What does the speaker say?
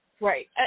Right